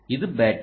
இது பேட்டரி